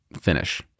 finish